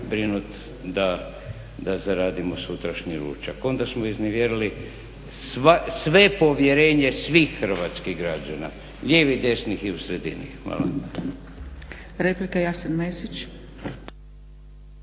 da zaradimo sutrašnji ručak. Onda smo iznevjerili sve povjerenje svih hrvatskih građana, lijevih, desnih i u sredini.